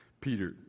Peter